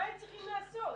מה הם צריכים לעשות.